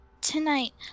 tonight